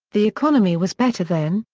the economy was better then,